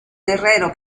herrero